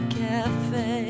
cafe